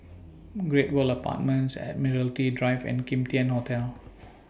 Great World Apartments Admiralty Drive and Kim Tian Hotel